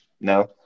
No